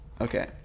Okay